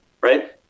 right